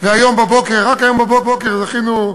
והיום בבוקר, רק היום בבוקר, זכינו,